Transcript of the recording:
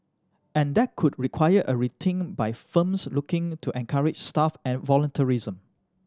and that could require a rethink by firms looking to encourage staff and volunteerism